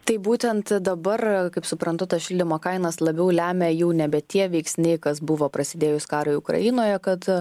tai būtent dabar kaip suprantu tas šildymo kainas labiau lemia jau nebe tie veiksniai kas buvo prasidėjus karui ukrainoje kad